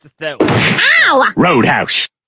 Roadhouse